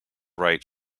write